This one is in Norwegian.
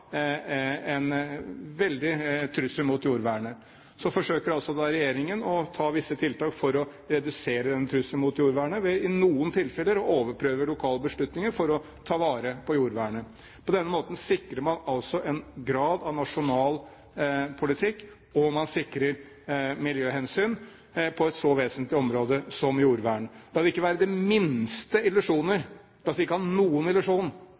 en veldig trussel mot jordvernet. Så forsøker regjeringen å gjøre visse tiltak for å redusere denne trusselen mot jordvernet ved i noen tilfeller å overprøve lokale beslutninger for å ta vare på jordvernet. På denne måten sikrer man en grad av nasjonal politikk, og man sikrer miljøhensyn på et så vesentlig område som jordvern. La oss ikke ha noen illusjon om dette: Dersom Høyres forslag her skulle bli vedtatt, er det